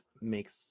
makes